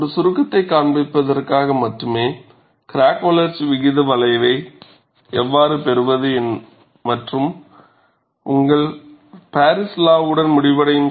இது ஒரு சுருக்கத்தைக் காண்பிப்பதற்காக மட்டுமே கிராக் வளர்ச்சி விகித வளைவை எவ்வாறு பெறுவது மற்றும் உங்கள் பாரிஸ் லா வுடன் முடிவடையும்